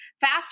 fast